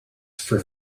for